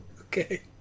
Okay